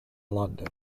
london